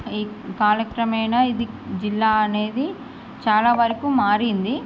ఈ కాలక్రమేణా ఇది జిల్లా అనేది చాలా వరకూ మారింది